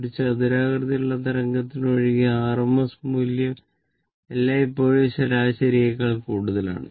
ഒരു ചതുരാകൃതിയിലുള്ള തരംഗത്തിനു ഒഴികെ RMS മൂല്യം എല്ലായ്പ്പോഴും ശരാശരിയേക്കാൾ കൂടുതലാണ്